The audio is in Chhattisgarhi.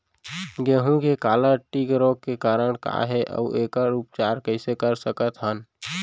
गेहूँ के काला टिक रोग के कारण का हे अऊ एखर उपचार कइसे कर सकत हन?